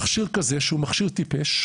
מכשיר כזה שהוא מכשיר טיפש,